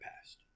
past